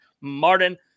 Martin